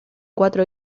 cuatro